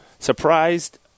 Surprised